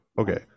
Okay